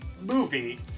movie